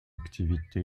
activité